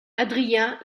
adrien